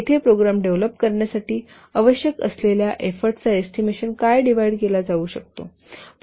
येथे program develop करण्यासाठी आवश्यक असलेल्या एफोर्टचा एस्टिमेशन काय डिव्हाईड केला जाऊ शकतो